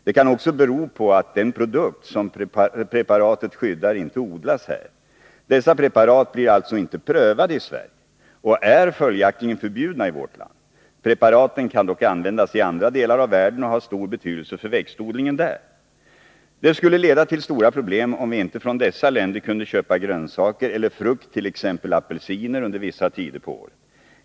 Det kan också bero på att den produkt som preparatet skyddar inte odlas här. Dessa preparat blir alltså inte prövade i Sverige och är följaktligen förbjudna i vårt land. Preparaten kan dock användas i andra delar av världen och ha stor betydelse för växtodlingen där. Det skulle leda till stora problem om vi inte från dessa länder kunde köpa grönsaker eller frukt, t.ex. apelsiner, under vissa tider på året.